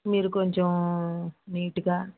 మీరు కొంచెం నీటుగా